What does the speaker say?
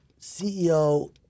CEO